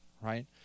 right